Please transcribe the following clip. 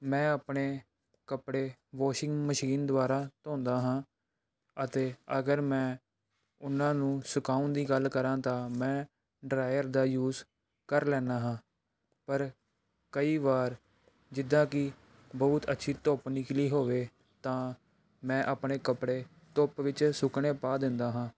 ਮੈਂ ਆਪਣੇ ਕੱਪੜੇ ਵਾਸ਼ਿੰਗ ਮਸ਼ੀਨ ਦੁਆਰਾ ਧੌਂਦਾ ਹਾਂ ਅਤੇ ਅਗਰ ਮੈਂ ਉਹਨਾਂ ਨੂੰ ਸੁਕਾਉਣ ਦੀ ਗੱਲ ਕਰਾਂ ਤਾਂ ਮੈਂ ਡਰਾਈਅਰ ਦਾ ਯੂਜ ਕਰ ਲੈਂਦਾ ਹਾਂ ਪਰ ਕਈ ਵਾਰ ਜਿੱਦਾਂ ਕਿ ਬਹੁਤ ਅੱਛੀ ਧੁੱਪ ਨਿਕਲੀ ਹੋਵੇ ਤਾਂ ਮੈਂ ਆਪਣੇ ਕੱਪੜੇ ਧੁੱਪ ਵਿੱਚ ਸੁੱਕਣੇ ਪਾ ਦਿੰਦਾ ਹਾਂ